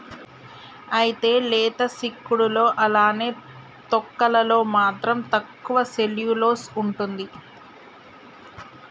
అయితే లేత సిక్కుడులో అలానే తొక్కలలో మాత్రం తక్కువ సెల్యులోస్ ఉంటుంది